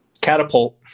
Catapult